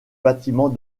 bâtiment